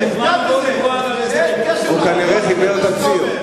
גם אתה מוזמן לבוא לקרוע אותו.